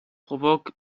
provoque